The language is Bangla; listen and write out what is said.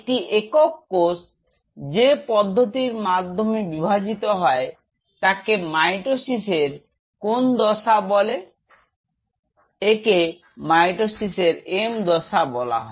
একটি একক কোষ যে পদ্ধতির মাধ্যমে বিভাজিত হয় তাকে মাইটোসিসের কোন দশা বলে এবং মাইটোসিসকে M দশা বলা হয়